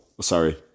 Sorry